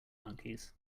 monkeys